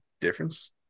difference